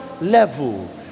level